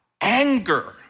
anger